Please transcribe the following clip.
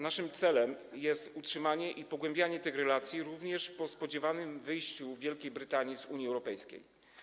Naszym celem jest utrzymanie i pogłębianie tych relacji również po spodziewanym wyjściu Wielkiej Brytanii z Unii Europejskiej.